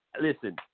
listen